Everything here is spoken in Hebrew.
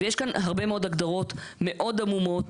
ויש כאן הרבה מאוד הגדרות מאוד עמומות,